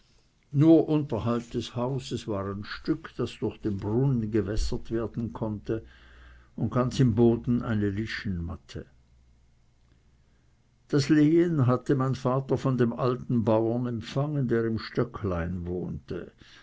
nur unterhalb des hauses war ein stück das durch den brunnen gewässert werden konnte und ganz im boden eine lischenmatte das lehen hatte mein vater von dem alten bauer empfangen der im stöcklein wohnte